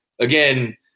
Again